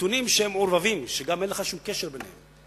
נתונים שהם מעורבבים, שאין שום קשר ביניהם.